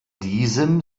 diesem